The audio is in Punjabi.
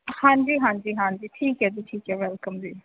ਹਾਂਜੀ ਹਾਂਜੀ ਹਾਂਜੀ ਠੀਕ ਹੈ ਜੀ ਠੀਕ ਹੈ ਵੈਲਕਮ ਜੀ